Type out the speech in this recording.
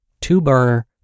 two-burner